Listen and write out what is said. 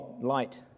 light